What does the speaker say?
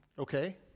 Okay